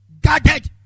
Guarded